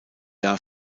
jahr